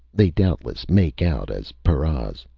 they doubtless make out as paras.